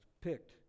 picked